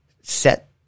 set